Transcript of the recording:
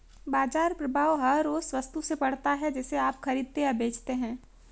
बाज़ार प्रभाव हर उस वस्तु से पड़ता है जिसे आप खरीदते या बेचते हैं